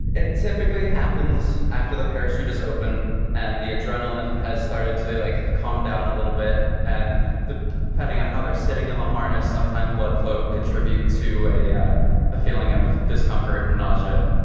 it typically happens after the parachute is open and the adrenaline has started to like calm down a little bit and the pending on. now they're sitting in the harness sometime bloodflow contribute to a ah a feeling of discomfort, nausea,